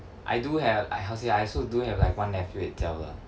I do have I how to say I also do have like one nephew itself lah